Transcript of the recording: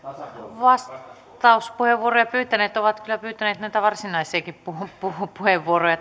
vastauspuheenvuoroja pyytäneet ovat kyllä pyytäneet näitä varsinaisiakin puheenvuoroja